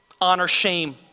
Honor-shame